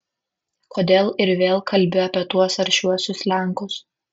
kodėl ir vėl kalbi apie tuos aršiuosius lenkus